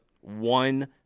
One